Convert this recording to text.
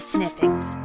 Snippings